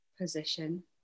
position